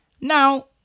Now